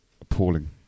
appalling